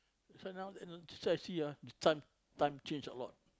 this one now t~ that's why I see ah the time change a lot